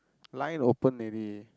line open already